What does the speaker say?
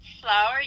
Flower